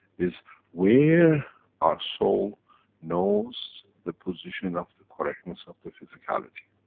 is where our soul knows the position of the correctness of the physicality.